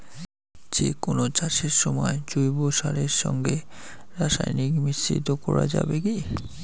যে কোন চাষের সময় জৈব সারের সঙ্গে রাসায়নিক মিশ্রিত করা যাবে কি?